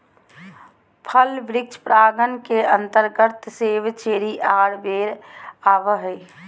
फल वृक्ष परागण के अंतर्गत सेब, चेरी आर बेर आवो हय